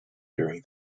during